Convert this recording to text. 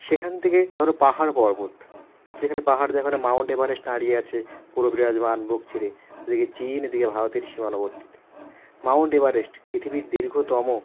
সেখান থেকে ধর পাহাড় পর্বত যেখানে পাহাড় দেখানো মাউন্ট এভারেস্ট দাঁড়িয়ে আছে পুরো বিরাজমান বুক চিরে এদিকে চিন এদিকে ভারতের সীমানোবর্তীতে মাউন্ট এভারেস্ট পৃথিবীর দীর্ঘতম